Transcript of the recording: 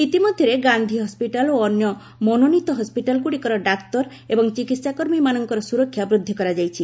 ଇତିମଧ୍ୟରେ ଗାନ୍ଧି ହସ୍କିଟାଲ ଓ ଅନ୍ୟ ମନୋନୀତ ହସ୍କିଟାଲଗୁଡ଼ିକର ଡାକ୍ତର ଏବଂ ଚିକିହାକର୍ମୀମାନଙ୍କର ସୁରକ୍ଷା ବୃଦ୍ଧି କରାଯାଇଛି